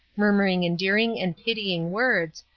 murmuring endearing and pitying words,